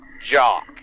jock